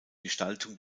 gestaltung